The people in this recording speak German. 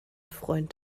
freund